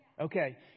Okay